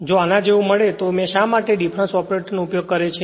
જો આના જેવુ મળે તો પણ મેં શા માટે ડિફરન્સ ઓપરેટર નો ઉપયોગ કર્યો છે